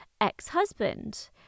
ex-husband